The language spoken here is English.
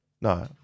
No